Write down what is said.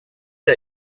der